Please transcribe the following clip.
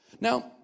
Now